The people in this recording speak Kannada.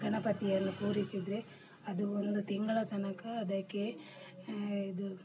ಗಣಪತಿಯನ್ನು ಕೂರಿಸಿದರೆ ಅದು ಒಂದು ತಿಂಗಳ ತನಕ ಅದಕ್ಕೆ ಇದು